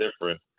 different